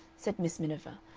said miss miniver,